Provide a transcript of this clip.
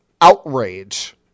outrage